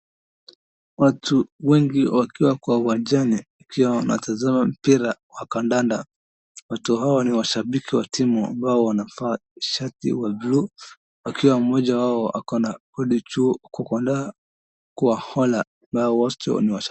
Watu wengi wakiwa kwa uwanjani wakiwa wanatazama mpira wa kandanda, watu hawa ni washabiki wa timu ambao wanavaa shati ya buluu wakiwa mmoja wao ako na board juu khwakhola ambao wote ni washabiki.